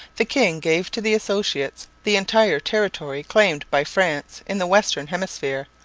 the king gave to the associates the entire territory claimed by france in the western hemisphere,